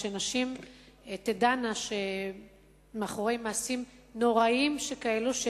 שנשים תדענה שמאחורי מעשים נוראיים שכאלה,